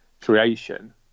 creation